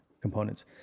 components